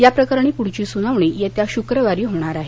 याप्रकरणी पुढची सुनावणी येत्या शुक्रवारी होणार आहे